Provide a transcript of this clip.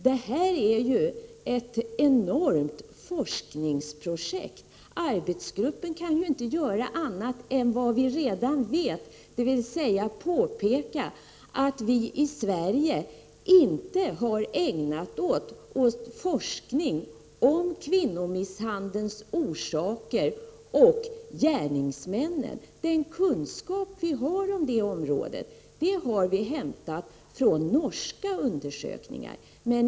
Det handlar ju om ett enormt forskningsprojekt, och arbetsgruppen kan inte göra annat än sådant som vi redan har kännedom om — dvs. den kan bara peka på att vi i Sverige inte har ägnat oss åt forskning när det gäller kvinnomisshandelns orsaker och gärningsmännen. Den kunskap som vi har på det området har vi hämtat från norska undersökningar.